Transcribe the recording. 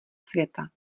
světa